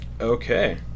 Okay